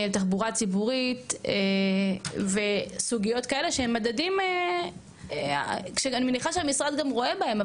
תחבורה ציבורית וסוגיות כאלה שהן מדדים שאני מניחה שהמשרד גם רואה בהם,